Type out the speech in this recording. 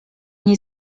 nie